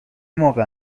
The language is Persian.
موقع